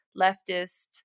leftist